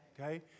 Okay